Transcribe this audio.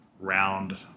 round